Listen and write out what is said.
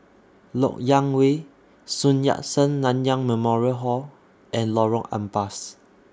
Lok Yang Way Sun Yat Sen Nanyang Memorial Hall and Lorong Ampas